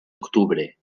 octubre